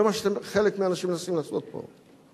זה מה שחלק מהאנשים מנסים לעשות פה,